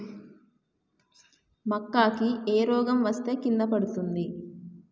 మక్కా కి ఏ రోగం వస్తే కింద పడుతుంది?